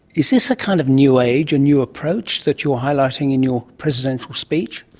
is this a kind of new age, a new approach that you are highlighting in your presidential speech?